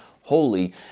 holy